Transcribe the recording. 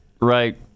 right